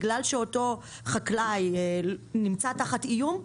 בגלל שאותו חקלאי נמצא תחת איום,